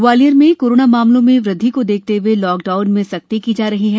Gwalior corona मामलों में वृद्धि को देखते हुए लॉकडाउन में सख्ती की जा रही है